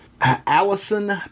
allison